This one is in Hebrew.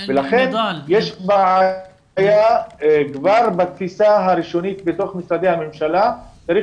לכן יש בעיה כבר בתפיסה הראשונית בתוך משרדי הממשלה וצריך